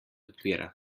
odpira